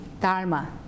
dharma